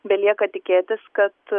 belieka tikėtis kad